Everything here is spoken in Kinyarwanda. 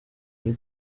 kuri